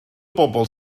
bobl